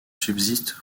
subsiste